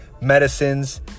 medicines